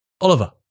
Oliver